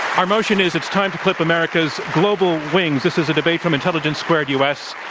our motion is, it's time to clip america's global wings. this is a debate from intelligence squared u. s.